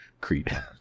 Creed